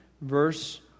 verse